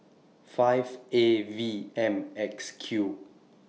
five A V M X Q